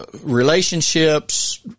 relationships